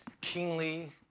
kingly